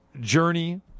Journey